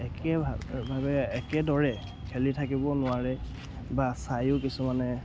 একে ভা ভাৱে একেদৰে খেলি থাকিব নোৱাৰে বা চায়ো কিছুমানে